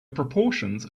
proportions